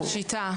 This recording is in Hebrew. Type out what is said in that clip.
שיטה.